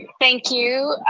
thank you.